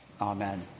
amen